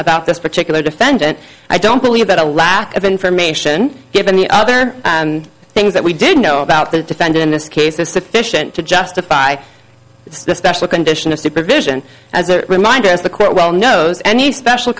about this particular defendant i don't believe that a lack of information given the other things that we didn't know about the defendant in this case is sufficient to justify the special condition of supervision as a reminder as the court well knows any special